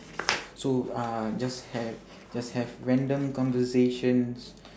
so uh just ha~ just have random conversations